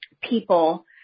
people